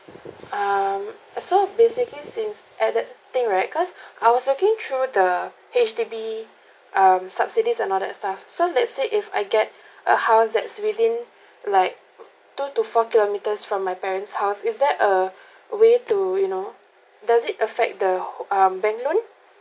um so basically since added thing right because I was looking through the H_D_B um subsidies and all that stuff so let's say if I get a house that's within like two to four kilometers from my parent's house is that a way to you know does it affect the who~ um bank loan